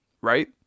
right